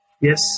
yes